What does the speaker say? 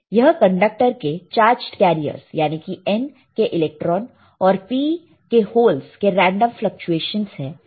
यह कंडक्टर के charged carriers यानी कि N के इलेक्ट्रॉनस और P के होल्स के रेंडम फ्लकचुएशंस है